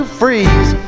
freeze